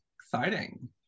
exciting